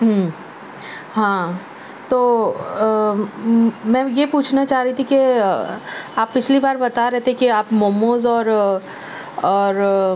ہاں تو میں یہ پوچھنا چاہ رہی تھی کہ آپ پچھلی بار بتا رہے تھے کہ آپ موموز اور اور